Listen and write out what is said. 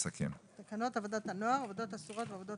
"תקנות עבודת הנוער (עבודות אסורות ועבודות